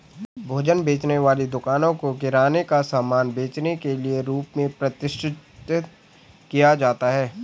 भोजन बेचने वाली दुकानों को किराने का सामान बेचने के रूप में प्रतिष्ठित किया जाता है